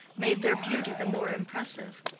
made their beauty the more impressive.